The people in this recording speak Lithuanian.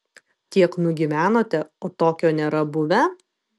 tiek nugyvenote o tokio nėra buvę